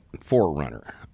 forerunner